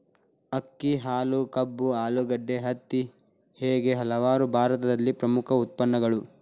ಅಕ್ಕಿ, ಹಾಲು, ಕಬ್ಬು, ಆಲೂಗಡ್ಡೆ, ಹತ್ತಿ ಹೇಗೆ ಹಲವಾರು ಭಾರತದಲ್ಲಿ ಪ್ರಮುಖ ಉತ್ಪನ್ನಗಳು